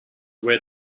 where